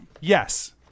Yes